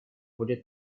будет